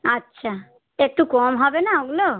আচ্ছা একটু কম হবে না ওগুলো